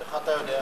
איך אתה יודע?